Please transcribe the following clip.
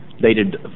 dated